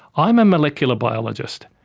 i'm a molecular biologist.